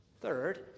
Third